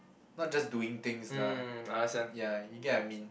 not just doing things lah ya you get what I mean